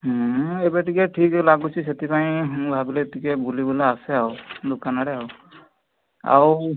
ହୁଁ ଏବେ ଟିକିଏ ଠିକ୍ ଲାଗୁଛି ସେଥିପାଇଁ ମୁଁ ଭାବିଲି ଟିକିଏ ବୁଲି ବୁଲା ଆସେ ଆଉ ଦୋକାନ ଆଡ଼େ ଆଉ ଆଉ